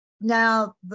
Now